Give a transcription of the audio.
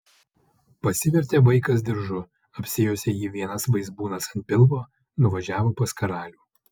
pasivertė vaikas diržu apsijuosė jį vienas vaizbūnas ant pilvo nuvažiavo pas karalių